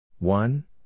One